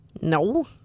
No